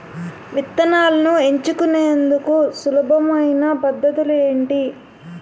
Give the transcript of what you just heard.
విత్తనాలను ఎంచుకునేందుకు సులభమైన పద్ధతులు ఏంటి?